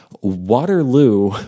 Waterloo